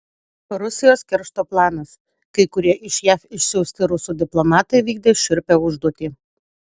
rusijos keršto planas kai kurie iš jav išsiųsti rusų diplomatai vykdė šiurpią užduotį